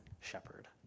shepherd